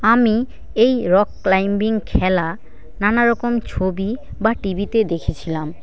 আমি এই rock climbing খেলা নানারকম ছবি বা টিভিতে দেখেছিলাম